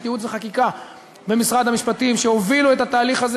ייעוץ וחקיקה במשרד המשפטים שהובילו את התהליך הזה,